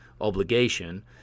obligation